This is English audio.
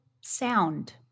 sound